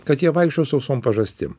kad jie vaikščios sausom pažastim